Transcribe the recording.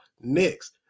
next